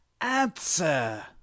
Answer